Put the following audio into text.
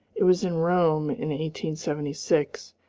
it was in rome, in one seventy six,